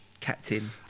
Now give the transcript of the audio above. captain